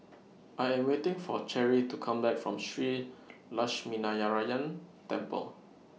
I Am waiting For Cherrie to Come Back from Shree Lakshminarayanan Temple